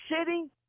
sitting